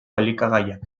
elikagaiak